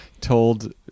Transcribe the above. told